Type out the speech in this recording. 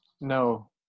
No